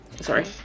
Sorry